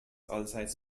allseits